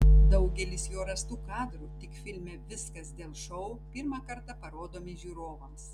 daugelis jo rastų kadrų tik filme viskas dėl šou pirmą kartą parodomi žiūrovams